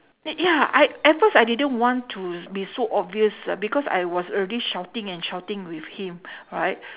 y~ ya I at first I didn't want to be so obvious uh because I was already shouting and shouting with him right